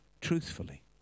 truthfully